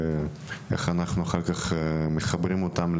וגם מאוד חשוב להבין איך אנחנו מחברים אותה,